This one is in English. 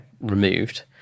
removed